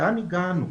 לאן הגענו?